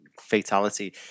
fatality